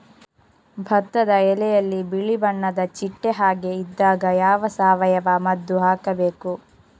ಭತ್ತದ ಎಲೆಯಲ್ಲಿ ಬಿಳಿ ಬಣ್ಣದ ಚಿಟ್ಟೆ ಹಾಗೆ ಇದ್ದಾಗ ಯಾವ ಸಾವಯವ ಮದ್ದು ಹಾಕಬೇಕು?